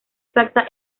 exacta